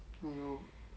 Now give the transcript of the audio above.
!aiyo!